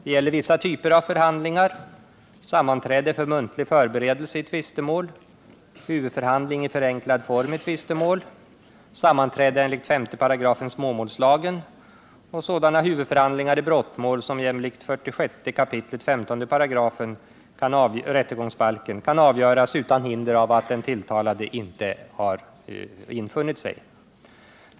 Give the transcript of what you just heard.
Det gäller vissa typer av förhandlingar: sammanträden för muntlig förberedelse i tvistemål, huvudförhandling i förenklad form i tvistemål, sammanträde enligt 5 § småmålslagen och sådana huvudförhandlingar i brottmål som jämlikt 46 kap. 15 § andra stycket rättegångsbalken kan avgöras utan hinder av att den tilltalade inte har infunnit sig.